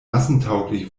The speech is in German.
massentauglich